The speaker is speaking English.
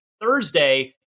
Thursday